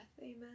Amen